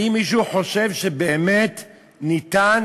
האם מישהו חושב שבאמת ניתן